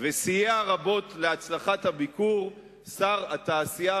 סייע רבות להצלחת הביקור שר התעשייה,